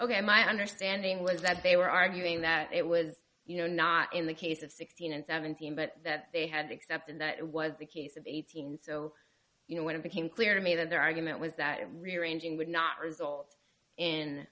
ok my understanding was that they were arguing that it was you know not in the case of sixteen and seventeen but that they had accepted that it was the case of eighteen so you know when it became clear to me that their argument was that rearranging would not result in